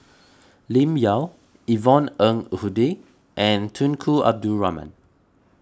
Lim Yau Yvonne Ng Uhde and Tunku Abdul Rahman